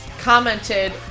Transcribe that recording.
commented